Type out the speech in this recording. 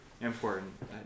important